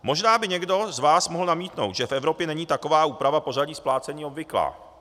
Možná by někdo z vás mohl namítnout, že v Evropě není taková úprava pořadí splácení obvyklá.